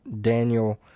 Daniel